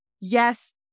Yes